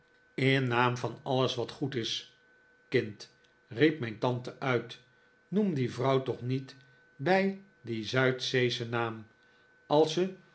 in naam van alles wat goed is kind riep mijn tante uit noem die vrouw toch niet bij dien zuidzeeschen naam als ze